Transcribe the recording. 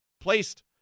placed